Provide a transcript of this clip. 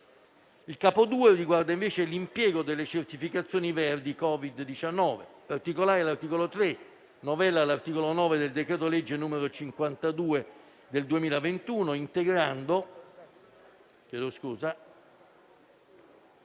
Il capo II riguarda, invece, l'impiego delle certificazioni verdi Covid-19. In particolare, l'articolo 3 novella l'articolo 9 del decreto-legge n. 52 del 2021 integrando